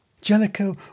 Jellicoe